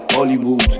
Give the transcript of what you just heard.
Hollywood